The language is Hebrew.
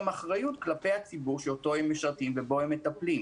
אחריות כלפי הציבור שאותו הם משרתים ומטפלים.